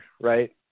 right